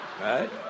Right